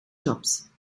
jobs